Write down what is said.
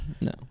No